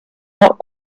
not